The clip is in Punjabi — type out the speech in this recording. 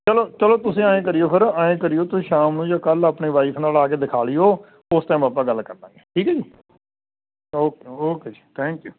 ਚਲੋ ਚਲੋ ਤੁਸੀਂ ਐਂ ਕਰਿਓ ਫਿਰ ਐਂ ਕਰਿਓ ਤੁਸੀਂ ਸ਼ਾਮ ਨੂੰ ਜਾਂ ਕੱਲ੍ਹ ਆਪਣੇ ਵਾਈਫ ਨਾਲ ਆ ਕੇ ਦਿਖਾ ਲਿਓ ਉਸ ਟਾਈਮ ਆਪਾਂ ਗੱਲ ਕਰ ਲਾਂਗੇ ਠੀਕ ਹੈ ਜੀ ਓਕੇ ਓਕੇ ਜੀ ਓਕੇ ਜੀ ਥੈਂਕ ਯੂ